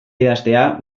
idaztea